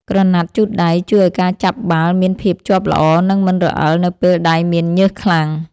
ក្រណាត់ជូតដៃ ជួយឱ្យការចាប់បាល់មានភាពជាប់ល្អ និងមិនរអិលនៅពេលដៃមានញើសខ្លាំង។